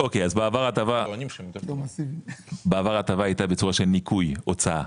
אוקיי אז בעבר הטבה הייתה בצורה של ניכוי הוצאה,